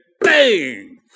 bang